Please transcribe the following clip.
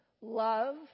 Love